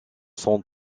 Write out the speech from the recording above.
sont